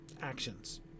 actions